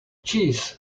jeez